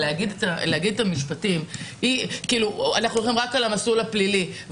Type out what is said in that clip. להגיד שאנחנו הולכים רק על המסלול הפלילי,